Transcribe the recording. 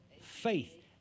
faith